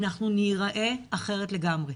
אנחנו ניראה אחרת לגמרי.